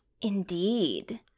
Indeed